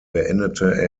beendete